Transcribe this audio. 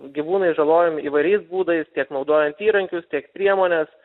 gyvūnai žalojami įvairiais būdais tiek naudojant įrankius tiek priemones